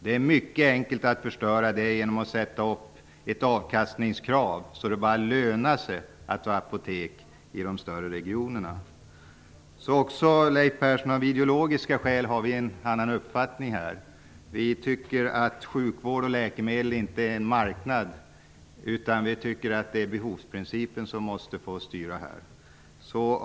Det är mycket enkelt att förstöra det genom att sätta upp ett avkastningskrav, så att det bara lönar sig att ha apotek i de större regionerna. Också av ideologiska skäl har vi en annan uppfattning, Leif Carlson. Vi tycker att sjukvård och läkemedel inte är varor på en marknad. Behovsprincipen måste få styra.